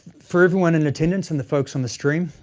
for everyone in attendance and the folks on the stream,